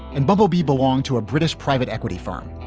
and bumblebee belonged to a british private equity firm.